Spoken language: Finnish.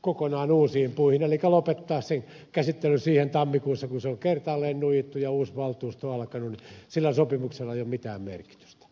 kokonaan uusiin puihin elikkä lopettaa sen käsittely siihen tammikuussa niin että kun se on kertaalleen nuijittu ja uusi valtuusto alkanut niin sillä sopimuksella ei ole mitään merkitystä